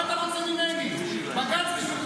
לך לבג"ץ.